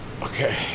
Okay